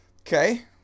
Okay